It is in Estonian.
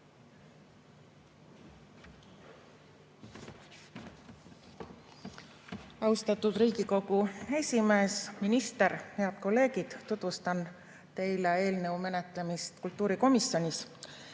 Austatud Riigikogu esimees! Minister! Head kolleegid! Tutvustan teile eelnõu menetlemist kultuurikomisjonis.